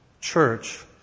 church